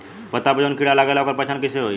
पत्ता पर जौन कीड़ा लागेला ओकर पहचान कैसे होई?